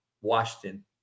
Washington